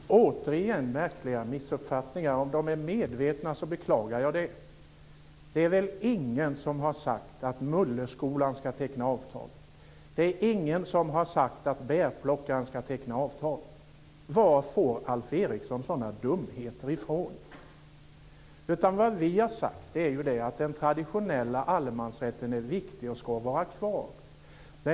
Fru talman! Återigen är det märkliga missuppfattningar. Om de är medvetna beklagar jag det. Det är väl ingen som har sagt att mulleskolan ska teckna avtal. Det är ingen som har sagt att bärplockaren ska teckna avtal. Var får Alf Eriksson sådana dumheter ifrån? Vad vi har sagt är att den traditionella allemansrätten är viktig och ska vara kvar.